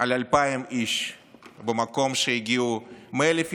על 2,000 איש במקום שהגיעו 100,000,